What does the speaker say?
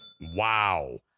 Wow